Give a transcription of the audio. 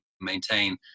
maintain